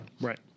Right